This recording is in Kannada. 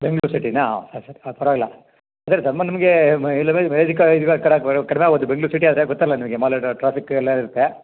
ಬೆಂಗಳೂರು ಸಿಟಿನಾ ಹಾಂ ಸರಿ ಸರಿ ಹಾಂ ಪರವಾಗಿಲ್ಲ ಆದರೆ ಧರ್ಮ ನಿಮಗೆ ಕೆಟ್ದಾಗೋತು ಬೆಂಗಳೂರು ಸಿಟಿ ಆದರೆ ಗೊತ್ತಲ್ಲ ನಿಮಗೆ ಮಾಲ್ ಎಲ್ಲ ಟ್ರಾಫಿಕ್ ಎಲ್ಲ ಇರುತ್ತೆ